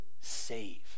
save